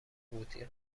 قوطی